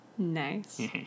Nice